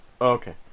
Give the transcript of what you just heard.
okay